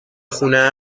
خونه